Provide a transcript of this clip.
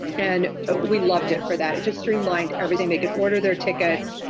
and we loved it for that it just streamlined everything they could order their tickets.